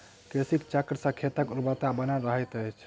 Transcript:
कृषि चक्र सॅ खेतक उर्वरता बनल रहैत अछि